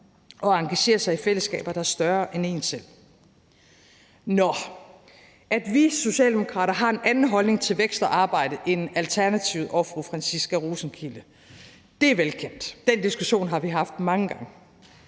og engagerer sig i fællesskaber, der er større end en selv. At vi socialdemokrater har en anden holdning til vækst og arbejde end Alternativet og fru Franciska Rosenkilde, er velkendt. Den diskussion har vi haft mange gange.